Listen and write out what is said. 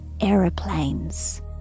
aeroplanes